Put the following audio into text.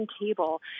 table